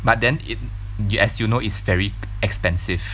but then in you as you know is very expensive